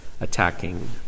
attacking